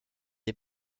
est